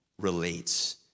relates